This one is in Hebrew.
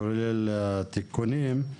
כולל התיקונים.